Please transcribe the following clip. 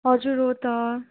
हजुर हो त